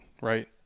right